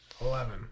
Eleven